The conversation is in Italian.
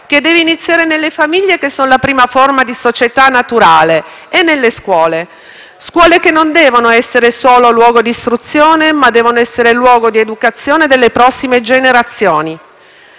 che deve iniziare nelle famiglie, che sono la prima forma di società naturale, e nelle scuole; scuole che devono essere non solo luogo di istruzione, ma anche di educazione delle prossime generazioni.